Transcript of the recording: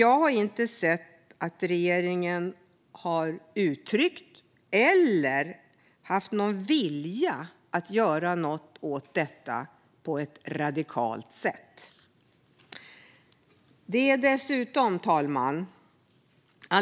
Jag har dock inte hört regeringen uttrycka någon vilja att göra något radikalt åt detta. Fru talman!